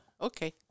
okay